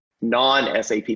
non-SAP